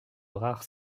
rares